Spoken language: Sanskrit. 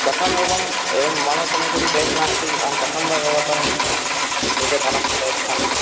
कथम् एवम् एवं मम समीपे तु केश् नास्ति अहं कथं भवतां कृते धनं प्रयच्छामि